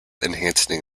enhancing